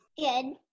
Good